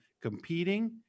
competing